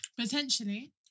Potentially